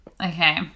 okay